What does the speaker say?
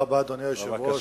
אדוני היושב-ראש,